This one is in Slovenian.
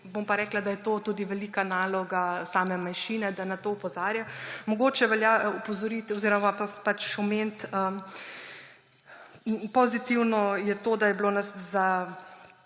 bom pa rekla, da je to tudi velika naloga same manjšine, da na to opozarja. Mogoče velja opozoriti oziroma pač omeniti, pozitivno je to, da je pri